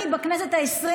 תצביעי בעד?